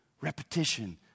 repetition